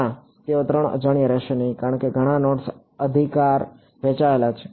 ના તેઓ 3 અજાણ્યા રહેશે નહીં કારણ કે ઘણા નોડ્સ અધિકાર વહેંચાયેલા છે